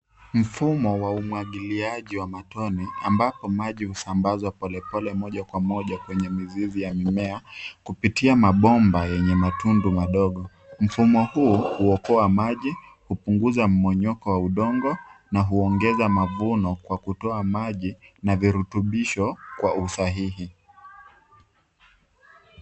Mfumo wa umwagiliaji wa matone ambapo maji husambazwa polepole moja kwa moja kwenye mizizi ya mimea, kupitia mabomba yenye matundu madogo. Mfumo huu huokoa maji, hupunguza mmomonyoko wa udongo na huongeza mavuno kwa kutoa maji na virutubisho kwa usahihi.